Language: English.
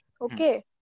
okay